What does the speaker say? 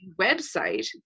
website